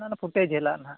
ᱚᱱᱟᱫᱚ ᱯᱷᱩᱴᱮ ᱡᱟᱹᱞᱟᱜᱼᱟ ᱦᱟᱸᱜ